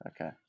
okay